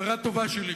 חברה טובה שלי,